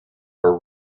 were